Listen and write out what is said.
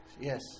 Yes